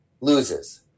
loses